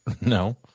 no